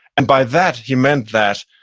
and by that, he meant that